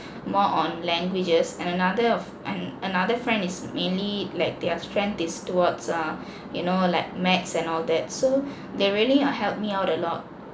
more on languages and another of an another friend is mainly like their strength is towards err you know like maths and all that so they really err helped me out a lot